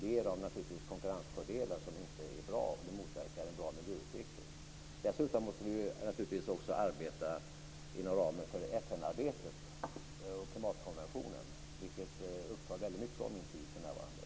Det ger dem konkurrensfördelar som inte är bra. Det motverkar en god miljöutveckling. Dessutom måste vi förstås också arbeta inom ramen för FN och klimatkonventionen, vilket upptar väldigt mycket av min tid för närvarande.